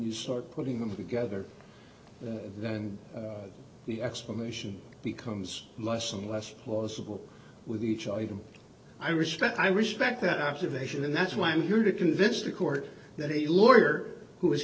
you start putting them together and the explanation becomes less and less plausible with each item i respect i respect that observation and that's why i'm here to convince the court that a lawyer who